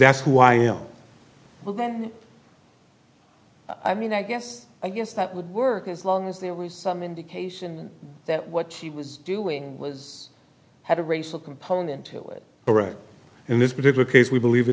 that's who i am well i mean i guess i guess that would work as long as there was some indication that what she was doing was had a racial component to the right in this particular case we believe it